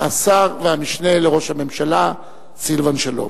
השר והמשנה לראש הממשלה סילבן שלום.